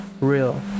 real